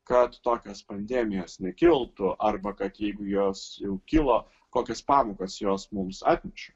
kad tokios pandemijos nekiltų arba kad jeigu jos jau kilo kokias pamokas jos mums atnešė